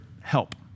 help